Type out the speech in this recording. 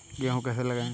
गेहूँ कैसे लगाएँ?